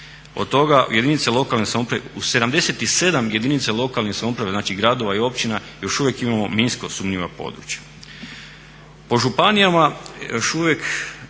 Od toga u 77 jedinica lokalne samouprave, znači gradova i općina još uvijek imamo minsko sumnjiva područja. Po županijama još uvijek